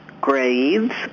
grades